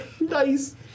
Nice